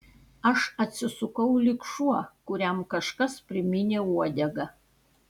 aš atsisukau lyg šuo kuriam kažkas primynė uodegą